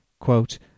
quote